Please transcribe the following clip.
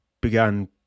began